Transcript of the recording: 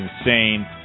insane